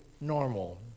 normal